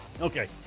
Okay